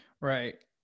Right